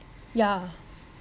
yeah